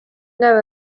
know